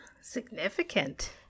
significant